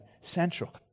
central